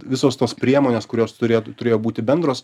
visos tos priemonės kurios turėtų turėjo būti bendros